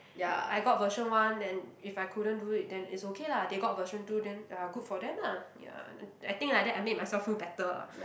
I got version one then if I couldn't do it then it's okay lah they got version two then ya good for them lah ya I think like that I make myself feel better lah